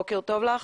בוקר טוב לך.